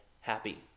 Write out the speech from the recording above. happy